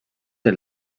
der